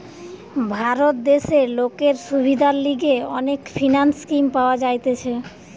ভারত দেশে লোকের সুবিধার লিগে অনেক ফিন্যান্স স্কিম পাওয়া যাইতেছে